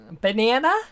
Banana